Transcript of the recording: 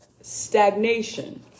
stagnation